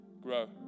grow